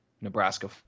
Nebraska